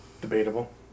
Debatable